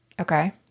Okay